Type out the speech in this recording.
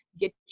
get